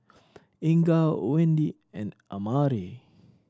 Inga Wende and Amare